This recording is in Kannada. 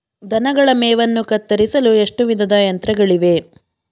ದನಗಳ ಮೇವನ್ನು ಕತ್ತರಿಸಲು ಎಷ್ಟು ವಿಧದ ಯಂತ್ರಗಳಿವೆ?